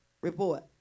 report